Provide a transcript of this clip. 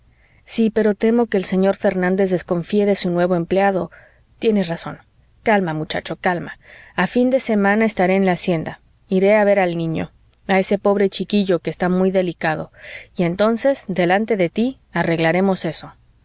sí pero temo que el señor fernández desconfíe de su nuevo empleado tienes razón calma muchacho calma a fin de semana estaré en la hacienda iré a ver al niño a ese pobre chiquillo que está muy delicado y entonces delante de tí arreglaremos eso